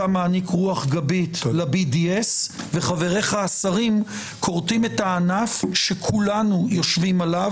מעניק רוח גבית ל-BDS וחבריך השרים כורתים את הענף שכולנו יושבים עליו,